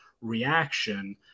reaction